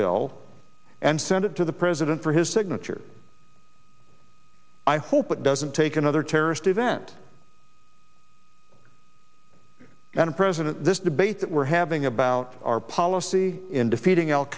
bill and send it to the president for his signature i hope it doesn't take another terrorist event and a president this debate that we're having about our policy in defeating al